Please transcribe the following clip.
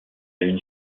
une